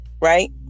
right